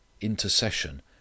Intercession